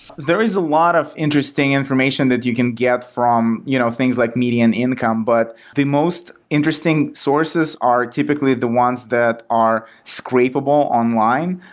there is a lot of interesting information that you can get from you know things like median income, but the most interesting sources are typically the ones that are scrapable online,